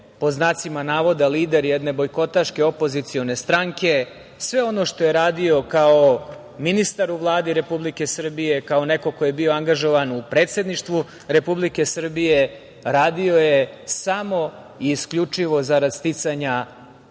pod znacima navoda lider jedne bojkotaške opozicione stranke, sve ono što je radio kao ministar u Vladi Republike Srbije, kao neko ko je bio angažovan u Predsedništvu Republike Srbije, radio je samo i isključivo zarad sticanja